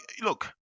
Look